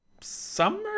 summer